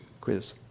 Quiz